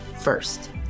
first